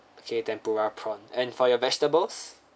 okay tempura prawn and for your vegetables